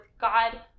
God